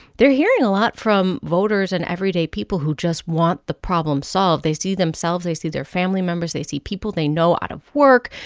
they're hearing a lot from voters and everyday people who just want the problem solved. they see themselves, they see their family members, they see people they know out of work.